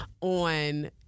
on